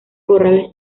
corrales